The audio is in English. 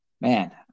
Man